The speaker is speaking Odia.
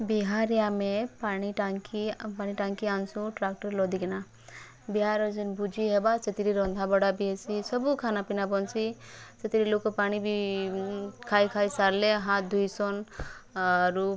ବିହାର୍ରେ ଆମେ ପାଣି ଟାଙ୍କି ପାଣି ଟାଙ୍କି ଆନ୍ସୁ ଟ୍ରାକ୍ଟର୍ ଲଦିକିନା ବିହାର୍ ଯେନ୍ ଭୁଝିହେବା ସେଥିରେ ରନ୍ଧାବଢ଼ା ବି ହେଇସି ସବୁ ଖାନାପିନା ବନ୍ସି ସେଥିରେ ଲୋକ ପାଣି ବି ଖାଇ ଖାଇ ସାରିଲେ ହାଥ ଧୋଇସନ ଅରୁ